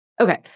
Okay